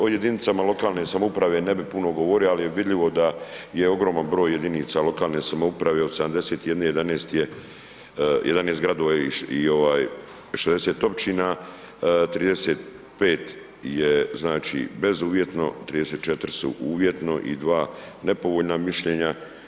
O jedinicama lokalne samouprave ne bih puno govorio, ali je vidljivo da je ogroman broj jedinica lokalne samouprave od 71, 11 gradova i 60 općina, 35 je bezuvjetno, 34 su uvjetno i dva nepovoljna mišljenja.